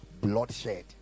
bloodshed